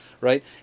right